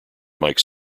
mike